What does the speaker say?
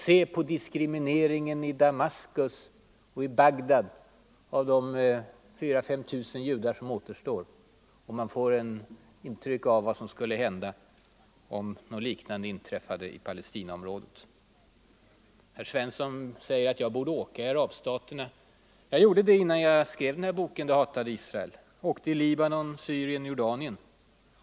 Se på diskrimineringen av de 4 000-5 000 judar som återstår i Damaskus och i Bagdad! Då får man en uppfattning om vad som skulle hända om någonting liknande inträffade i Palestinaområdet. Herr Svensson säger att jag borde resa i arabstaterna. Jag gjorde det innan jag tillsammans med Hammarberg och Klein skrev boken ”Det hatade Israel”. Jag åkte i Libanon, Syrien och Jordanien.